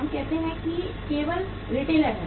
हम कहते हैं कि केवल रिटेलर है